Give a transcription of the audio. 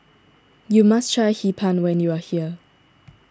you must try Hee Pan when you are here